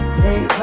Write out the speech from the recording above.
take